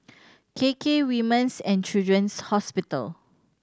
K K Women's And Children's Hospital